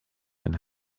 and